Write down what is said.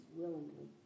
willingly